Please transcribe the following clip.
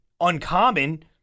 uncommon